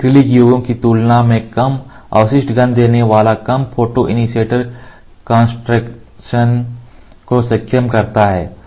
यह ऐक्रेलिक योगों की तुलना में कम अवशिष्ट गंध देने वाले कम फोटोइनिशीऐटर कान्सन्ट्रैशन को सक्षम करता है